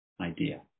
idea